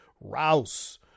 Rouse